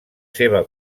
seva